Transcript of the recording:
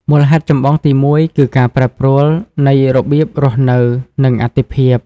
មូលហេតុចម្បងទីមួយ គឺ ការប្រែប្រួលនៃរបៀបរស់នៅ និងអាទិភាព។